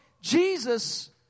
Jesus